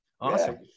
Awesome